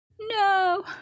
No